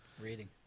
reading